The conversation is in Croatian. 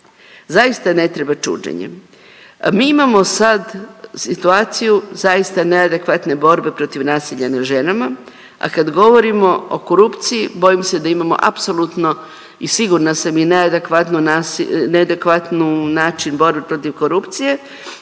Zaista ne treba čuđenje. Mi imamo sad situaciju zaista neadekvatne borbe protiv nasilja nad ženama, a kad govorimo o korupciji bojim se da imamo apsolutno i sigurna sam i neadekvatnu način borbe protiv korupcije